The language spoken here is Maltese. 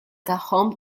tagħhom